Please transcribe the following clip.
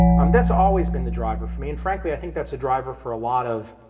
um that's always been the driver for me, and frankly i think that's a driver for a lot of,